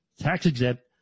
tax-exempt